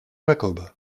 jacob